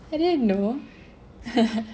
I didn't know